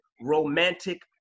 romantic